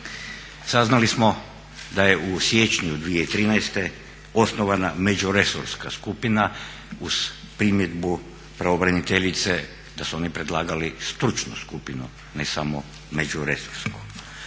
Saznali smo da je u siječnju 2013. osnovana međuresorna skupina uz primjedbu pravobraniteljice da su oni predlagali stručnu skupinu ne samo međuresornu.